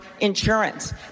insurance